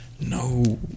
No